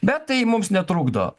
bet tai mums netrukdo